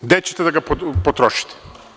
Gde ćete da ga potrošite?